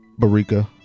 barica